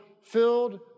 filled